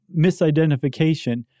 misidentification